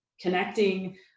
connecting